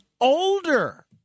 older